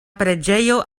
preĝejo